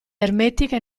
ermetica